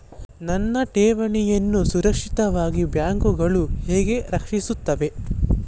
ನನ್ನ ಠೇವಣಿಯನ್ನು ಸುರಕ್ಷಿತವಾಗಿ ಬ್ಯಾಂಕುಗಳು ಹೇಗೆ ರಕ್ಷಿಸುತ್ತವೆ?